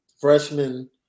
freshman